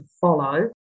follow